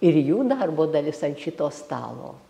ir jų darbo dalis ant šito stalo